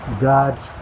god's